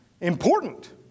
important